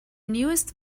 newest